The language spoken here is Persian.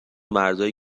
مردایی